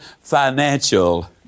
financial